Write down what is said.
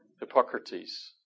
Hippocrates